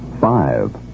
Five